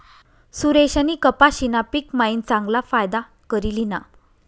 सुरेशनी कपाशीना पिक मायीन चांगला फायदा करी ल्हिना